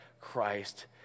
Christ